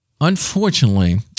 unfortunately